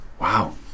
Wow